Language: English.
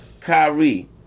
Kyrie